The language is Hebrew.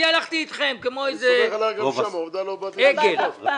אני הלכתי אתכם, כמו איזה עגל.